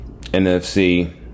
NFC